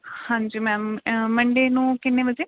ਹਾਂਜੀ ma'am Monday ਨੂੰ ਕਿੰਨੇ ਵਜੇ